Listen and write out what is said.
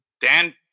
Dan